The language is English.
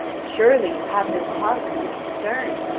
surely, you have no cause to be concerned.